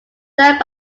served